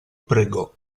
pregò